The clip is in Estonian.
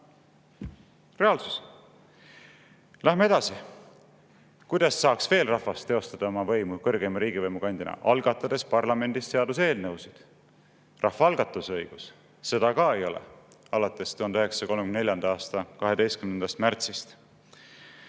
reaalsus. Lähme edasi. Kuidas saaks rahvas veel teostada oma võimu kõrgeima riigivõimu kandjana? Algatades parlamendis seaduseelnõusid. Rahvaalgatuse õigus – seda ka ei ole alates 1934. aasta 12. märtsist.